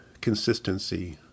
Consistency